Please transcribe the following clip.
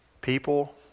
people